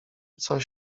coś